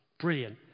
Brilliant